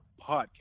podcast